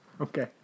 Okay